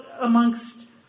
amongst